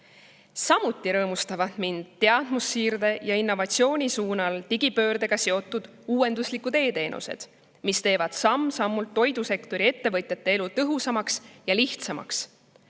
Samuti rõõmustavad mind teadmussiirde, innovatsiooni ja digipöördega seotud uuenduslikud e‑teenused, mis teevad samm-sammult toidusektori ettevõtjate elu tõhusamaks ja lihtsamaks.